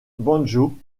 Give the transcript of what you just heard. banjo